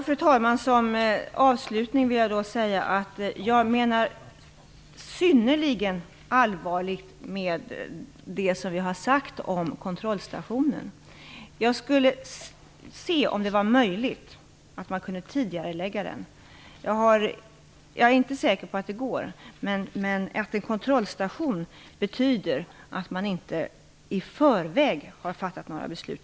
Fru talman! Som avslutning vill jag säga att jag synnerligen allvarligt menar det jag har sagt om kontrollstationen. Jag skall se om det är möjligt att tidigarelägga den. Jag är dock inte säker på att det går. Att man inrättar en kontrollstation betyder att man inte i förväg har fattat några beslut.